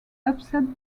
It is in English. upset